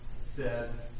says